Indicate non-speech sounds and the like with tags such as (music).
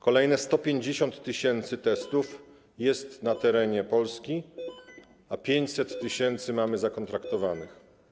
Kolejne 150 tys. testów (noise) jest na terenie Polski, a 500 tys. mamy zakontraktowanych.